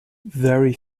very